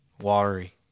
watery